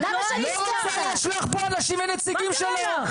לא רצה לשלוח פה אנשים כנציגים שלו,